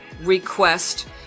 request